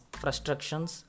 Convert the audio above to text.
frustrations